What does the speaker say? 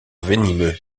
venimeux